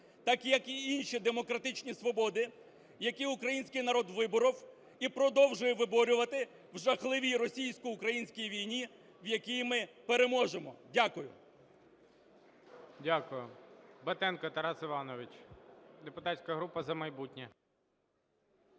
так як і інші демократичні свободи, які український народ виборов і продовжує виборювати в жахливій російсько-українській війні, в якій ми переможемо. Дякую. ГОЛОВУЮЧИЙ. Дякую. Батенко Тарас Іванович, депутатська група "За майбутнє".